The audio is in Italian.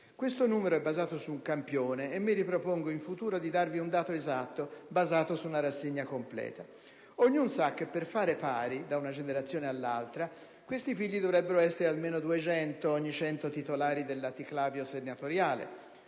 Questo numero è basato su un campione, ma mi ripropongo in futuro di fornirvi un dato esatto, fondato su una rassegna completa. Ognuno sa che per fare conto pari, da una generazione all'altra, questi figli dovrebbero essere almeno 200 ogni 100 titolari del laticlavio senatoriale,